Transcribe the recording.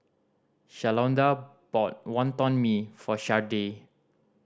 Shalonda bought Wonton Mee for Shardae